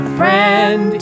friend